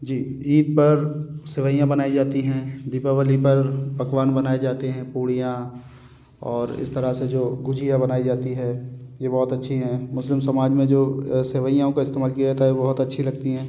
जी ईद पर सेवइयाँ बनाई जाती है दीपावली पर पकवान बनाए जाते हैं पूरियाँ और इस तरह से जो गुजिया बनाई जाती है ये बहुत अच्छी है मुस्लिम समाज में जो सेवइयों का इस्तेमाल किया जाता है वो बहुत अच्छी लगती हैं